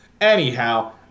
Anyhow